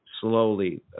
slowly